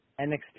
NXT